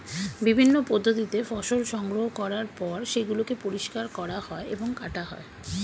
বিভিন্ন পদ্ধতিতে ফসল সংগ্রহ করার পর সেগুলোকে পরিষ্কার করা হয় এবং কাটা হয়